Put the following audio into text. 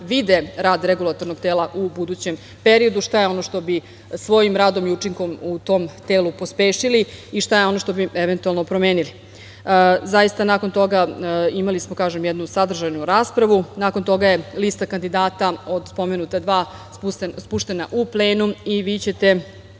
vide rad Regulatornog tela u budućem periodu, šta je ono što bi svojim radom i učinkom u tom telu pospešili i šta je ono što bi eventualno promenili. Zaista, nakon toga imali smo, kažem, jednu sadržajnu raspravu. Nakon toga je lista kandidata od spomenuta dva puštena u plenum i vi ćete